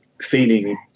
feeling